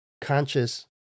conscious